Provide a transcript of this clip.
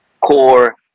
core